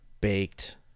baked